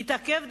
יתעכב,